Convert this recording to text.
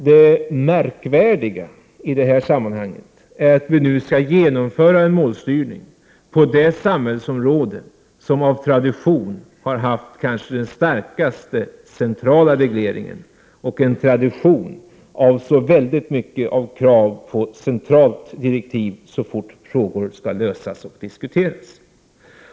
Det märkvärdiga i detta sammanhang är att en målstyrning nu skall genomföras på det samhällsområde som av tradition har haft den kanske starkaste centrala regleringen och en tradition av stora krav på centrala direktiv så fort frågor skall lösas och diskuteras.